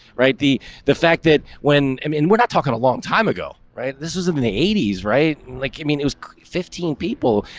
right? the the fact that when i mean we're not talking a long time ago, right, this is um in the eighties, right? like you mean it was fifteen people.